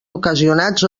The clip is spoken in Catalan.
ocasionats